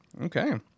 okay